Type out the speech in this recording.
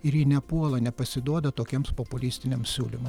ir ji nepuola nepasiduoda tokiems populistiniams siūlymam